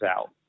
out